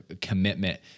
commitment